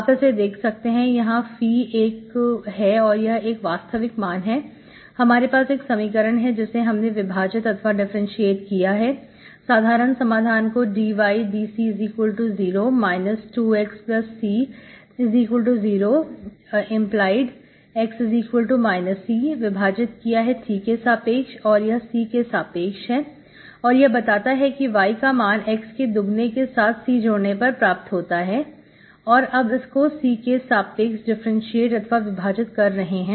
आप इसे देख सकते हैं यह phi है और यह एक वास्तविक मान है हमारे पास एक समीकरण है और जिसे हमने विभाजित अथवा डिफरेंटशिएट किया है साधारण समाधान को dydC0⇒ 2xC0⇒x C विभाजित किया है T के सापेक्ष और यह C के सापेक्ष है और यह बताता है कि Y का मान x के दुगने के साथ C जोड़ने पर प्राप्त होता है और अब इसको C के सापेक्ष डिफरेंटशिएट अथवा विभाजित कर रहे हैं